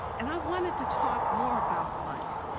and i wanted to talk more about life,